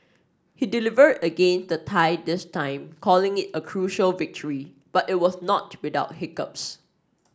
he delivered against the Thai this time calling it a crucial victory but it was not without hiccups